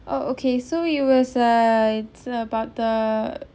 oh ah okay so it was uh it's about the